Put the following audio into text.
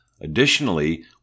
Additionally